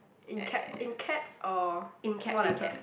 in cap in caps or small letter